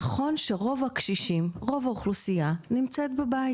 נכון שרוב הקשישים, רוב האוכלוסיה, נמצאת בבית.